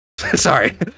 Sorry